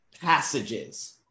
passages